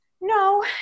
No